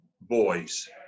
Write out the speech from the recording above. boys